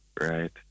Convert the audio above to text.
right